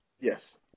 Yes